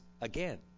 again